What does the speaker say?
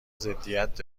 ضدیت